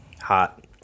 Hot